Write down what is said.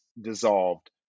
dissolved